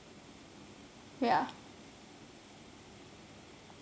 ya